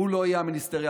והוא לא יהיה המיניסטר.